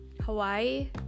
Hawaii